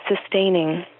sustaining